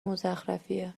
مزخرفیه